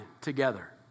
together